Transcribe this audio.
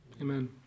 amen